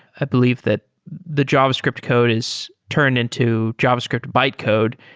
i believe that the javascript code is turned into javascript bytecode,